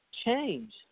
change